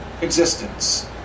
existence